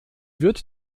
wird